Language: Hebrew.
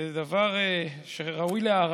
זה דבר שראוי להערכה,